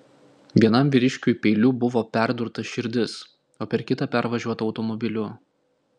vienam vyriškiui peiliu buvo perdurta širdis o per kitą pervažiuota automobiliu